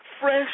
Fresh